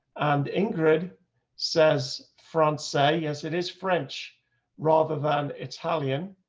and ingrid says france say yes it is french rather than italian.